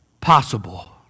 Possible